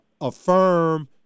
affirm